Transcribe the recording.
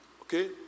Okay